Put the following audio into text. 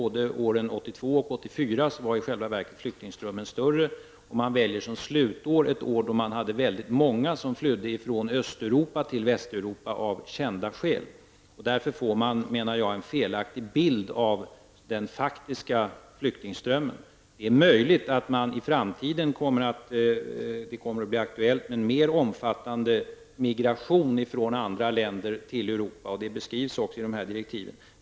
Både 1982 och 1984 var i själva verket flyktingströmmen större. Som slutår väljs ett år då det var väldigt många som av kända skäl flydde från Östeuropa till Västeuropa. Därför får man en felaktig bild av den faktiska flyktingströmmen. Det är möjligt att det i framtiden kommer att bli aktuellt med en mer omfattande migration från andra länder till Europa. Detta beskrivs också i dessa direktiv.